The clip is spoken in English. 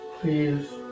Please